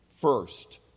first